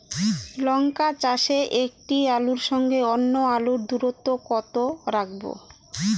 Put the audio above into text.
লঙ্কা চাষে একটি আলুর সঙ্গে অন্য আলুর দূরত্ব কত রাখবো?